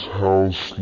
house